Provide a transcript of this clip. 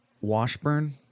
Washburn